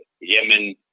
Yemen